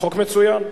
חוק מצוין.